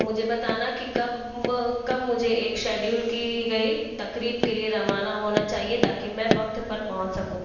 مجھے بتانا کہ کب کب مجھے ایک شیڈیول کی گئی تقریب کے لیے روانہ ہونا چاہیے تاکہ میں وقت پر پہنچ سکوں